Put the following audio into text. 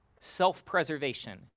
self-preservation